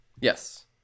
yes